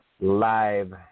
live